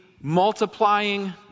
multiplying